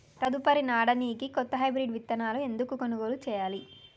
తదుపరి నాడనికి కొత్త హైబ్రిడ్ విత్తనాలను ఎందుకు కొనుగోలు చెయ్యాలి?